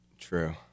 True